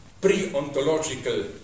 pre-ontological